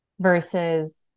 versus